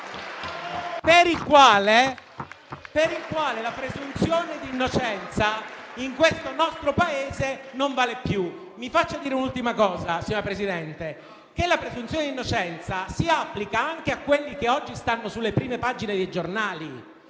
per il quale la presunzione di innocenza in questo nostro Paese non vale più. *(Applausi. Commenti).* Mi faccia dire un'ultima cosa, signora Presidente: la presunzione di innocenza si applica anche a quelli che oggi stanno sulle prime pagine dei giornali.